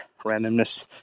randomness